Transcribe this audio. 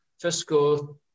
fiscal